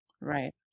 Right